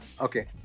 Okay